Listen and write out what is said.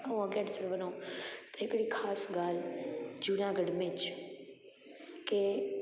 उहे किट्स पिए ॾिनऊं हिकिड़ी ख़ासि ॻाल्हि जूनागढ़ में के